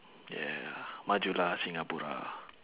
yeah majulah singapura